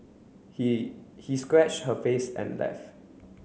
he he scratch her face and left